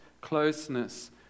closeness